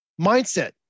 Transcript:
Mindset